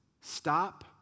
Stop